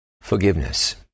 Forgiveness